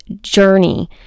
journey